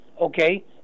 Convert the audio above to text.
okay